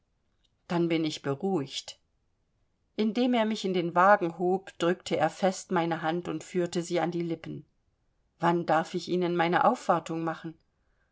dann bin ich beruhigt indem er mich in den wagen hob drückte er fest meine hand und führte sie an die lippen wann darf ich ihnen meine aufwartung machen